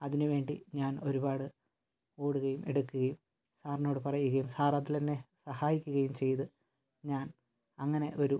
അതിന് വേണ്ടി ഞാൻ ഒരുപാട് ഓടുകയും എടുക്കുകയും സാറിനോട് പറയുകയും സാറതിലെന്നെ സഹായിക്കുകയും ചെയ്ത് ഞാൻ അങ്ങനെ ഒരു